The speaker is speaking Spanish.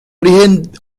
origen